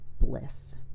bliss